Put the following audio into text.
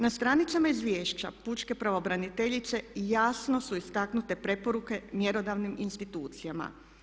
Na stranicama izvješća pučke pravobraniteljice jasno su istaknute preporuke mjerodavnim institucijama.